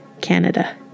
Canada